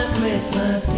Christmas